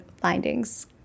findings